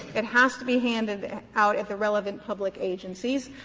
it has to be handed out at the relevant public agencies,